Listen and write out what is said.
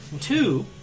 Two